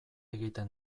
egiten